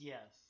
Yes